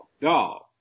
dog